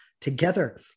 together